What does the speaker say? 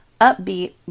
upbeat